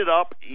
up